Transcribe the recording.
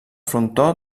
frontó